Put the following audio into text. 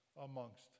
amongst